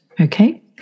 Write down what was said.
Okay